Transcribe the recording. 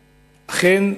אכן,